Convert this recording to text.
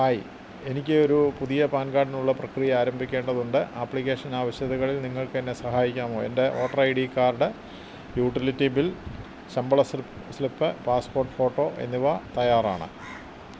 hi എനിക്ക് ഒരു പുതിയ പാൻ കാർഡിനുള്ള പ്രക്രിയ ആരംഭിക്കേണ്ടതുണ്ട് ആപ്ലിക്കേഷൻ ആവശ്യകതകളിൽ നിങ്ങൾക്ക് എന്നെ സഹായിക്കാമോ എൻ്റെ voter I D card utility bill ശമ്പള സ്ലിപ്പ് പാസ്പോർട്ട് ഫോട്ടോ എന്നിവ തയ്യാറാണ്